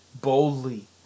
boldly